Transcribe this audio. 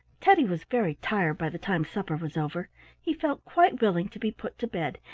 teddy was very tired by the time supper was over he felt quite willing to be put to bed,